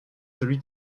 celui